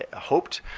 ah hoped.